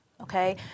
okay